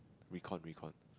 recon recon